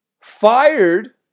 fired